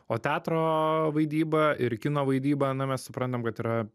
o teatro vaidyba ir kino vaidyba na mes suprantam kad yra